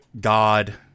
God